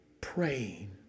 praying